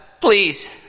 please